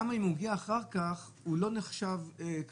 אני גם לא מבין למה אם הוא הגיע אחר כך הוא לא נחשב כבר